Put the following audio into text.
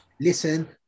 listen